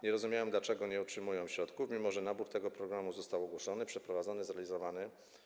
Nie rozumieją, dlaczego nie otrzymują środków, mimo że nabór do tego programu został ogłoszony, przeprowadzony i zrealizowany.